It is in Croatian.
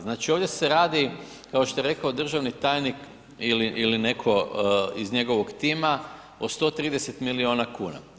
Znači ovdje se radi kao što je rekao državni tajnik ili netko iz njegovog tima o 130 milijuna kuna.